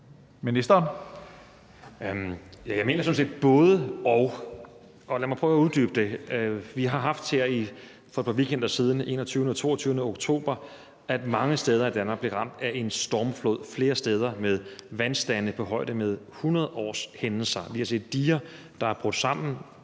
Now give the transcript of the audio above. Heunicke): Jeg mener jo sådan set både-og. Lad mig prøve at uddybe det. For et par weekender siden, den 21. og 22. oktober, blev mange steder i Danmark ramt af en stormflod. Flere steder var der vandstande på højde med hundredårshændelser. Vi har set diger, der er brudt sammen